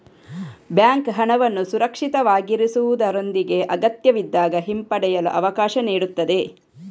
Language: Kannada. ಬ್ಯಾಂಕ್ ಹಣವನ್ನು ಸುರಕ್ಷಿತವಾಗಿರಿಸುವುದರೊಂದಿಗೆ ಅಗತ್ಯವಿದ್ದಾಗ ಹಿಂಪಡೆಯಲು ಅವಕಾಶ ನೀಡುತ್ತದೆ